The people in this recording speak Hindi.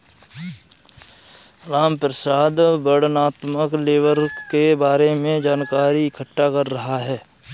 रामप्रसाद वर्णनात्मक लेबल के बारे में जानकारी इकट्ठा कर रहा है